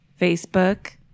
Facebook